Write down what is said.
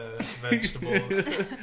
vegetables